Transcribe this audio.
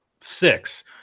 six